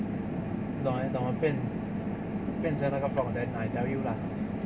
不懂 eh 等我变变成那个 frog then then I tell you lah